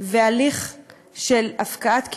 את הליך של הפקעת קידושין,